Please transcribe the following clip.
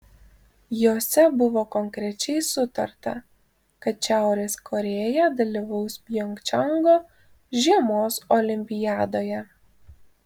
jose buvo konkrečiai sutarta kad šiaurės korėja dalyvaus pjongčango žiemos olimpiadoje